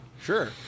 Sure